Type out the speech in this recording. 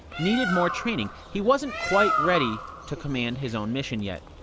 needed more training he wasn't quite ready to command his own mission yet.